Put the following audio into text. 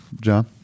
John